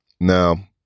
Now